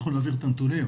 אנחנו נעביר את הנתונים,